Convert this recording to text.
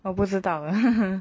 我不知道的